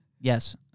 Yes